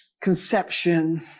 conception